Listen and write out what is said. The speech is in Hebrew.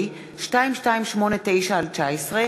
יוני שטבון,